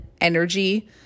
energy